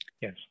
Yes